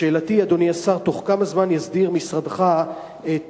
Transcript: שאלתי, אדוני השר: תוך כמה זמן יסדיר משרדך את